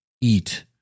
eat